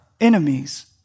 enemies